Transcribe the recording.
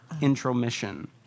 intromission